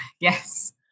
Yes